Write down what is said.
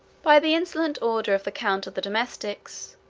by the insolent order of the count of the domestics,